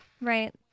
Right